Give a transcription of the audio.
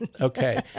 Okay